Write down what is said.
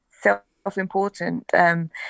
self-important